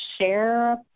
share